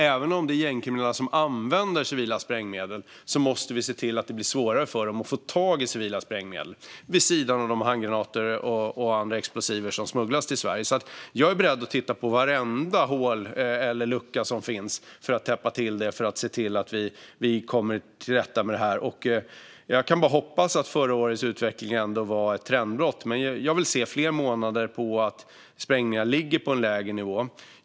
Även om det är gängkriminella som använder civila sprängmedel måste vi se till att det blir svårare för dem att få tag på civila sprängmedel, vid sidan av de handgranater och andra explosiva medel som smugglas till Sverige. Jag är beredd att titta på vartenda hål och varenda lucka som finns för att täppa till dem och se till att vi kommer till rätta med detta. Jag kan bara hoppas att förra årets utveckling ändå var ett trendbrott. Jag vill se fler månader där sprängningar ligger på en lägre nivå.